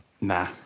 Nah